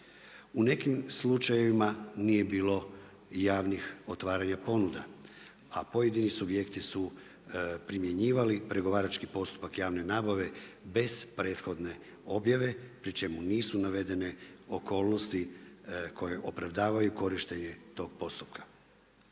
U nekim slučajevima nije bilo javnih otvaranja ponuda, a pojedini subjekti su primjenjivali, pregovarački postupak javne nabave, bez prethodne objave, pri čemu nisu navedene okolnosti koje opravdavanju korištenje tog postupka.